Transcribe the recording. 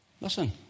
Listen